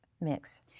mix